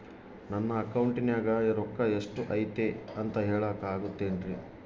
ನನ್ನ ಅಕೌಂಟಿನ್ಯಾಗ ರೊಕ್ಕ ಎಷ್ಟು ಐತಿ ಅಂತ ಹೇಳಕ ಆಗುತ್ತೆನ್ರಿ?